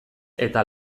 eta